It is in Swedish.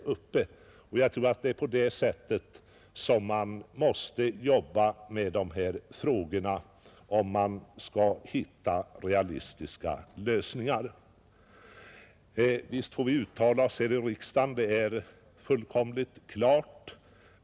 Jag tror att det är på det sättet man måste arbeta med dessa frågor för att kunna finna realistiska lösningar. Visst får vi göra uttalanden här i riksdagen. Det är fullkomligt klart.